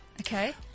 Okay